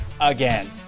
again